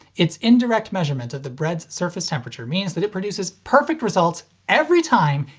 its indirect measurement of the bread's surface temperature means that it produces perfect results every time,